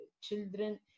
children